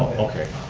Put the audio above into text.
okay.